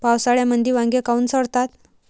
पावसाळ्यामंदी वांगे काऊन सडतात?